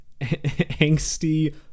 angsty